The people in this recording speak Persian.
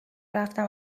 رفتم